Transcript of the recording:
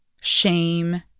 shame